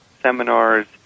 seminars